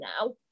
now